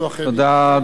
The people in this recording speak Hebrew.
יוכלו אחרים, תודה.